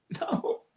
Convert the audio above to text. No